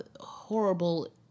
horrible